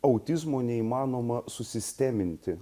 autizmo neįmanoma susisteminti